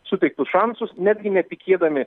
suteiktus šansus netgi netikėdami